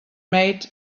made